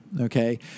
Okay